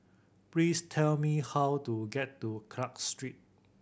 please tell me how to get to Clarke Street